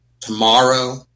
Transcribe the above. tomorrow